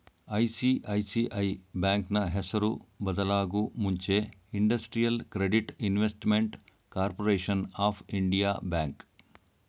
ICICI ಬ್ಯಾಂಕ್ನ ಹೆಸರು ಬದಲಾಗೂ ಮುಂಚೆ Industrial Credit Investment Corporation of India bank